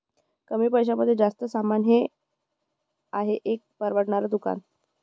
कमी पैशांमध्ये जास्त सामान हे आहे एक परवडणार दुकान